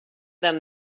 them